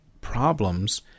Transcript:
problems